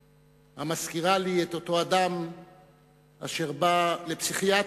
כאן צריך לחפש את המכנה המשותף של כל אזרחי ישראל,